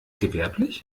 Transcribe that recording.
gewerblich